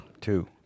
two